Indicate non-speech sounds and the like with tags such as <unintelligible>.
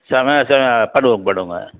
<unintelligible> பண்ணுவோம் பண்ணுவோங்க